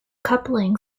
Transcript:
coupling